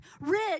rich